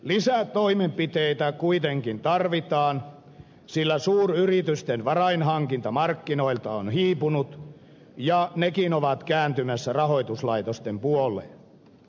lisätoimenpiteitä kuitenkin tarvitaan sillä suuryritysten varainhankinta markkinoilta on hiipunut ja nekin ovat kääntymässä rahoituslaitosten puoleen